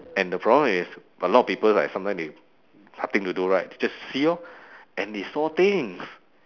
and the problem is a lot of people like sometimes they nothing to do right just see lor and they saw things